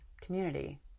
community